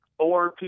ORP